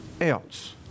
else